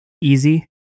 easy